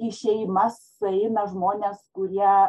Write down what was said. į šeimas sueina žmonės kurie